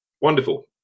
Wonderful